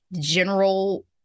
general